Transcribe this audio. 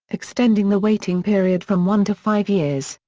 extending the waiting period from one to five years,